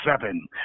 seven